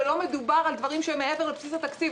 לא מדובר על דברים שהם מעבר לבסיס התקציב.